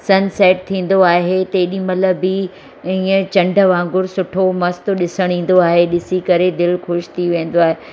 सन set थींदो आहे तेॾी महिल बि इअं चंडु वांगुरू सुठो मस्तु ॾिसणु ईंदो आहे ॾिसी करे दिलि ख़ुशि थी वेंदो आहे